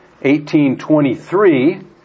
1823